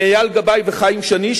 אייל גבאי וחיים שני,